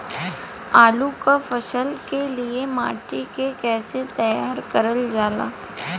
आलू क फसल के लिए माटी के कैसे तैयार करल जाला?